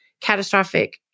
catastrophic